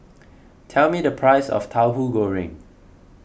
tell me the price of Tauhu Goreng